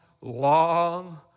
long